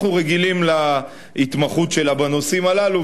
אנחנו רגילים להתמחות שלה בנושאים הללו,